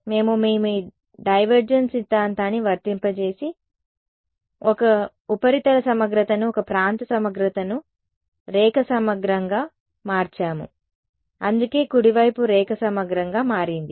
మేము మీ డైవర్జెన్స్ సిద్ధాంతాన్ని వర్తింపజేసి ఒక ఉపరితల సమగ్రతను ఒక ప్రాంత సమగ్రతను రేఖ సమగ్రంగా మార్చాము అందుకే కుడి వైపు రేఖ సమగ్రంగా మారింది